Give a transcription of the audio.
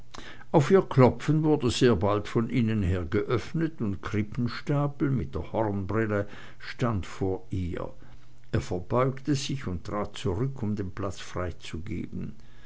auf ihr klopfen wurde sehr bald von innen her geöffnet und krippenstapel mit der hornbrille stand vor ihr er verbeugte sich und trat zurück um den platz freizugeben